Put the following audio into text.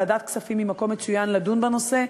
ועדת הכספים היא מקום מצוין לדון בנושא,